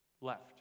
left